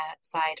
side